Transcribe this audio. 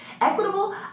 Equitable